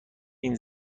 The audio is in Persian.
این